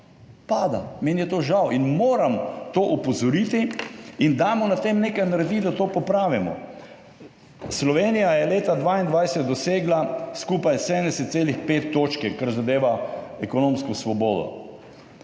Pada. Meni je žal, vendar moram opozoriti na to. Naredimo nekaj za to, da to popravimo. Slovenija je leta 2022 dosegla skupaj 70,5 točk, kar zadeva ekonomsko svobodo,